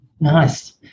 Nice